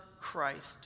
Christ